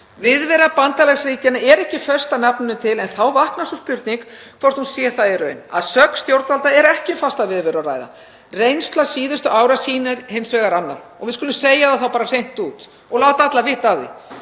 Viðvera bandalagsríkjanna er ekki föst að nafninu til en þá vaknar sú spurning hvort hún sé það í raun. Að sögn stjórnvalda er ekki um fasta viðveru að ræða. Reynsla síðustu ára sýnir hins vegar annað og við skulum þá segja það bara hreint út og láta alla vita af því.